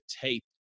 tape